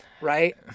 Right